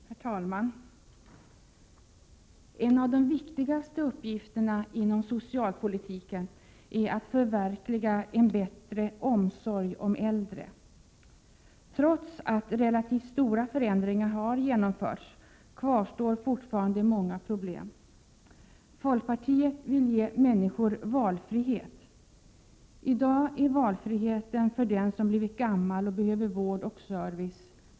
Herr talman! En av de viktigaste uppgifterna inom socialpolitiken är att förverkliga en bättre omsorg om de äldre. Trots att relativt stora förändringar har genomförts kvarstår fortfarande många problem. Folkpartiet vill ge människor valfrihet. I dag är valfriheten begränsad för den som blivit gammal och behöver vård och service.